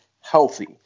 healthy